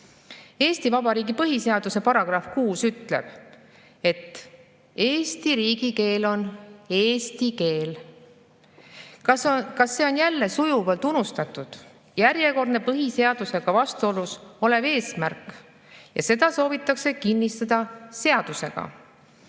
Eesti Vabariigi põhiseaduse §6 ütleb, et Eesti riigikeel on eesti keel. Kas see on jälle sujuvalt unustatud, järjekordne põhiseadusega vastuolus olev eesmärk ja seda soovitakse seadusega